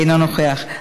אינו נוכח.